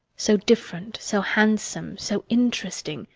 so different, so handsome, so interesting,